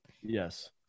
yes